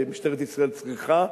שמשטרת ישראל צריכה,